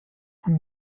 und